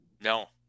No